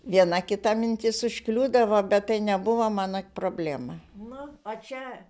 viena kita mintis užkliūdavo bet tai nebuvo mano problema na o čia